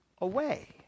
away